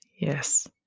Yes